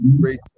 great